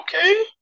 Okay